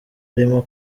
arimo